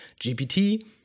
GPT